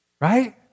Right